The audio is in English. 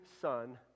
son